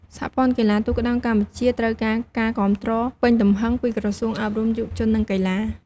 សហព័ន្ធកីឡាទូកក្ដោងកម្ពុជាត្រូវការការគាំទ្រពេញទំហឹងពីក្រសួងអប់រំ យុវជន និងកីឡា។